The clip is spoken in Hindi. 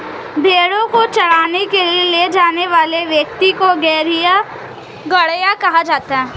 भेंड़ों को चराने के लिए ले जाने वाले व्यक्ति को गड़ेरिया कहा जाता है